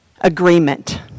Agreement